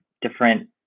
different